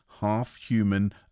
half-human